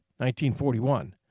1941